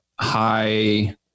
high